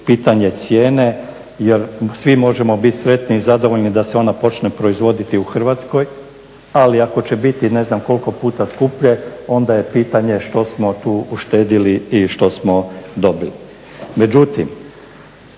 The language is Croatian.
pitanje cijene jer svi možemo biti sretni i zadovoljni da se ona počne proizvoditi u Hrvatskoj ali ako će biti ne znam koliko puta skuplje onda je pitanje što smo tu uštedili i što smo dobili.